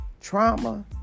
Trauma